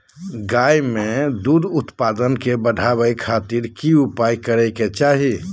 गाय में दूध उत्पादन के बढ़ावे खातिर की उपाय करें कि चाही?